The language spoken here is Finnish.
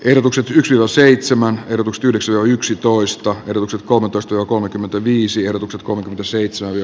hevoset kello seitsemän plus yhdeksän yksitoista eduksi koulutustyö kolmekymmentäviisi odotukset koh daseitsemän ja